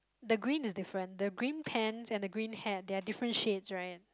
the green is different the green pants and the green hat they are different shades right